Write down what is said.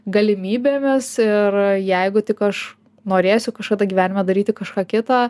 galimybėmis ir jeigu tik aš norėsiu kažkada gyvenime daryti kažką kitą